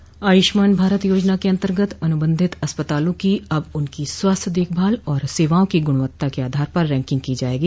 आयुष्मान भारत योजना के अंतर्गत अनुबंधित अस्पतालों की अब उनकी स्वास्थ्य देखभाल और सेवाओं की ग्णवत्ता के आधार पर रैंकिंग की जायेगी